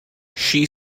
she